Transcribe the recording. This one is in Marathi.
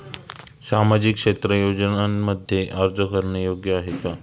सामाजिक क्षेत्र योजनांमध्ये अर्ज करणे योग्य आहे का?